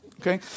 okay